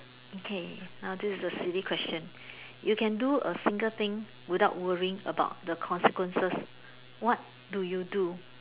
okay now this is a silly question you can do a single thing without worrying about the consequences what do you do